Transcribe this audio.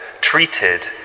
treated